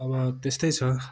अब त्यसतै छ